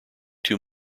two